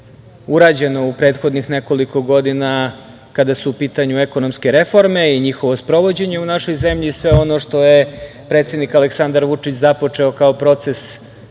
urađeno u prethodnih nekoliko godina kada su u pitanju ekonomske reforme i njihovo sprovođenje u našoj zemlji i sve ono što je predsednik Aleksandar Vučić započeo kao proces